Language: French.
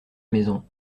maison